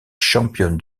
championne